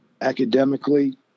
academically